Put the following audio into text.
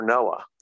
Noah